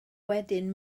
wedyn